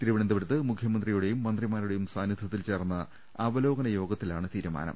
തിരുവനന്തപുരത്ത് മുഖ്യമന്ത്രിയുടെയും മന്ത്രിമാരുടെയും സാന്നിധൃത്തിൽ ചേർന്ന അവലോകന യോഗത്തിലാണ് തീരുമാനം